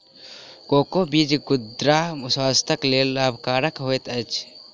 cocoa बीज गुर्दा स्वास्थ्यक लेल लाभकरक होइत अछि